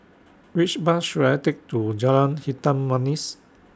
Which Bus should I Take to Jalan Hitam Manis